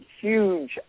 huge